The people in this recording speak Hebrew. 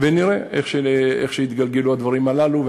ונראה איך יתגלגלו הדברים הללו.